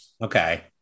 Okay